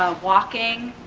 ah walking,